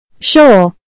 Sure